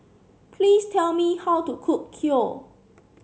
please tell me how to cook Kheer